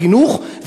בחינוך,